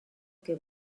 que